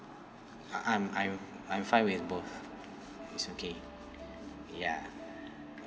I'm I'm I'm fine with both it's okay ya